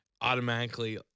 automatically